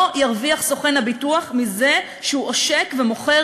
לא ירוויח סוכן הביטוח מזה שהוא עושק ומוכר